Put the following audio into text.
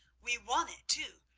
we won it too!